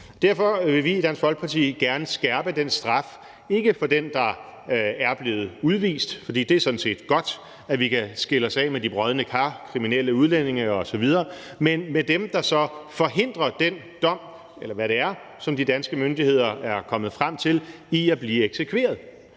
Derfor vil vi i Dansk Folkeparti gerne skærpe den straf, ikke for dem, der er blevet udvist – for det er sådan set godt, at vi kan skille os af med de brodne kar, kriminelle udlændinge osv. – men for dem, der så forhindrer den dom, eller hvad det er, som de danske myndigheder er kommet frem til, i at blive eksekveret.